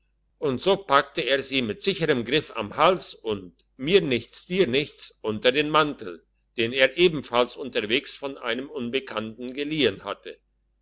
und so packte er sie mit sicherm griff am hals und mir nichts dir nichts unter den mantel den er ebenfalls unterwegs von einem unbekannten geliehen hatte